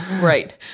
Right